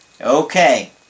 Okay